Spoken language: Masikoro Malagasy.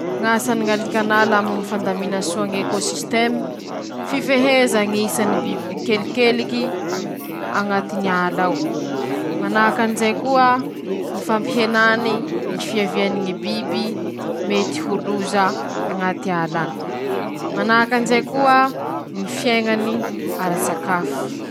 <...>Ndreto aby ñy biby mantsy mare haiko: -Ñy senky mantsin-kolitsy, -Ñy tarantila misy fofo tsy haihainao, -Ñy sive ñy sirikata. Reo ñy karazany ñy biby mantsy<...>.